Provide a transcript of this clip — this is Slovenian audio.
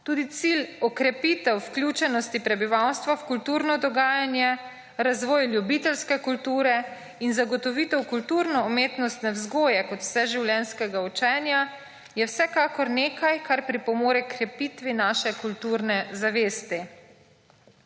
Tudi cilj okrepitev vključenosti prebivalstva v kulturno dogajanje, razvoj ljubiteljske kulture in zagotovitev kulturno-umetnostne vzgoje kot vseživljenjskega učenja je vsekakor nekaj, kar pripomore h krepitvi naše kulturne zavesti.